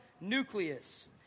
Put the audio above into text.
nucleus